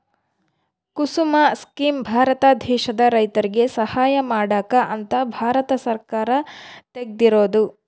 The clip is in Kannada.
ಕುಸುಮ ಸ್ಕೀಮ್ ಭಾರತ ದೇಶದ ರೈತರಿಗೆ ಸಹಾಯ ಮಾಡಕ ಅಂತ ಭಾರತ ಸರ್ಕಾರ ತೆಗ್ದಿರೊದು